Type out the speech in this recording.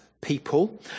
people